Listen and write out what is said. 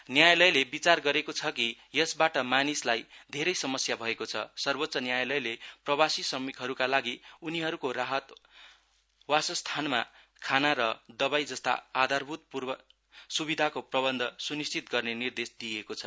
न्यायालयले विचार गरेको छ कि यसबाट मानिसलाई धेरै समस्या भएको छ सर्वोच्च न्यायालयले प्रवासी श्रमिकहरूका लागि उनीहरूको राहत वासस्थानमा खाना र दवाई जस्ता आधारभूत सुविधाको प्रबन्ध स्निश्चित गर्ने निर्देश दिएको छ